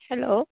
hello